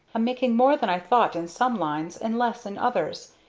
i'm making more than i thought in some lines, and less in others,